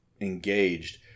engaged